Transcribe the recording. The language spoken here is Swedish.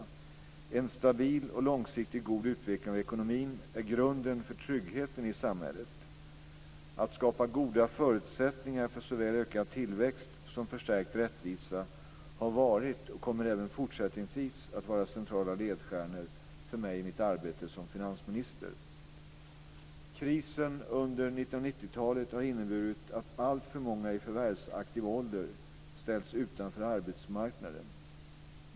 En stabil och långsiktigt god utveckling av ekonomin är grunden för tryggheten i samhället. Att skapa goda förutsättningar för såväl ökad tillväxt som förstärkt rättvisa har varit och kommer även fortsättningsvis att vara centrala ledstjärnor för mig i mitt arbete som finansminister. Krisen under 1990-talet har inneburit att alltför många i förvärvsaktiv ålder ställts utanför arbetsmarknaden.